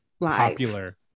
popular